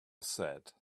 said